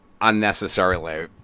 unnecessarily